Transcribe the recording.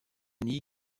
nie